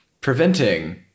preventing